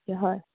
হয়